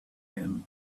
him